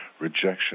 rejection